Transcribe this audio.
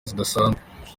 zidasanzwe